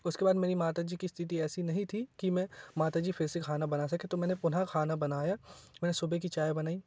उसके बाद मेरी माता जी कि स्थिति ऐसी नहीं थी कि मैं माता जी फिर से खाना बना सके तो मैंने पुनः खाना बनाया मैंने सुबह कि चाय बनाई